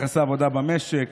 ליחסי עבודה במשק,